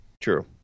true